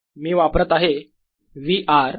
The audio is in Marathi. मी वापरत आहे V r